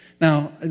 Now